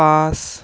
পাঁচ